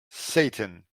satan